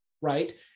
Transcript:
right